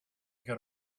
could